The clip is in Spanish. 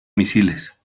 misiles